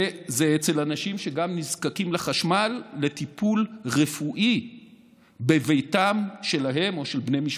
וזה אצל אנשים שנזקקים לחשמל לטיפול רפואי בביתם שלהם או של בני משפחתם.